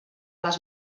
les